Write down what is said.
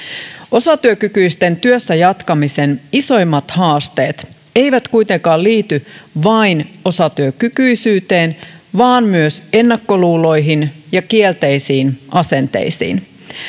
osatyökykyisten työssä jatkamisen isoimmat haasteet eivät kuitenkaan liity vain osatyökykyisyyteen vaan myös ennakkoluuloihin ja kielteisiin asenteisiin